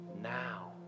now